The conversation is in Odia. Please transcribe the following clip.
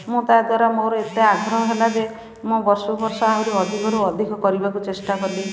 ମୁଁ ତା ଦ୍ୱାରା ମୋର ଏତେ ଆଗ୍ରହ ହେଲା ଯେ ମୁଁ ବର୍ଷକୁ ବର୍ଷ ଆହୁରି ଅଧିକ କରିବାକୁ ଚେଷ୍ଟା କଲି